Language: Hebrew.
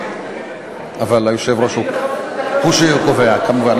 אבל היושב-ראש הוא שקובע כמובן.